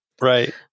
Right